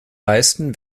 leisten